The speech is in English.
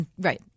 Right